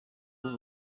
ubu